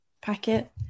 packet